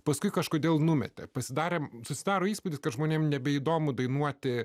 paskui kažkodėl numetė pasidarėme susidaro įspūdis kad žmonėms nebeįdomu dainuoti